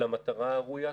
למטרה הראויה,